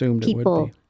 people